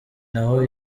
naho